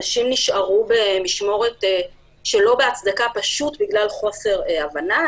אנשים נשארו במשמורת שלא בהצדקה פשוט בגלל חוסר הבנה.